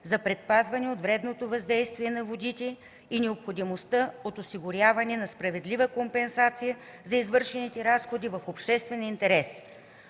за предпазване от вредното въздействие на водите и необходимостта от осигуряване на справедлива компенсация за извършените разходи в обществен интерес.